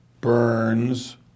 Burns